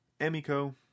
Emiko